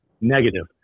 Negative